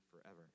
forever